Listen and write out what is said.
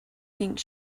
think